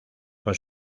con